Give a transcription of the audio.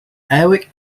eric